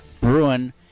Bruin